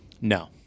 No